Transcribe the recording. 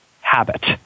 habit